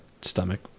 stomach